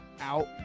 out